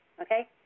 Okay